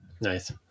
Nice